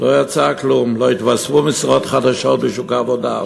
לא יצא כלום, לא התווספו משרות חדשות בשוק העבודה,